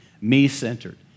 me-centered